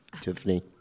Tiffany